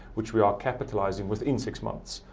which we are capitalizing within six months,